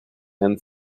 and